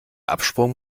absprung